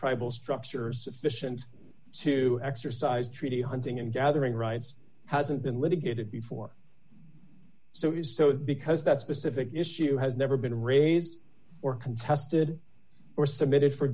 tribal structures fissions to exercise treaty hunting and gathering rights hasn't been litigated before so it is so because that specific issue has never been raised or contested or submitted for